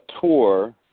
tour